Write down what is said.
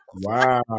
Wow